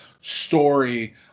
story